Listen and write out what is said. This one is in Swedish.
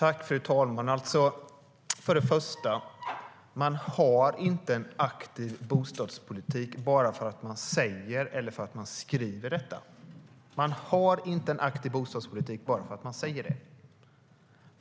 Fru talman! För det första: Man har inte en aktiv bostadspolitik bara för att man säger det eller skriver det.